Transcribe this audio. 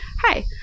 Hi